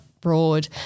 broad